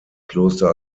kloster